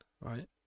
right